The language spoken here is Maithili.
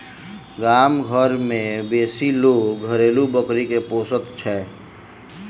गाम घर मे बेसी लोक घरेलू बकरी के पोसैत छै